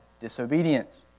disobedience